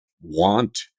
want